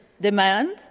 demand